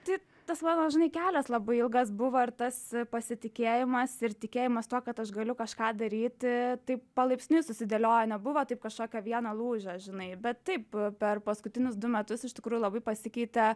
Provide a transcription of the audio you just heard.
tai tas mano žinai kelias labai ilgas buvo ir tas pasitikėjimas ir tikėjimas tuo kad aš galiu kažką daryti taip palaipsniui susidėliojo nebuvo taip kažkokio vieno lūžio žinai bet taip per paskutinius du metus iš tikrųjų labai pasikeitė